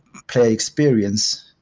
player experience